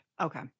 Okay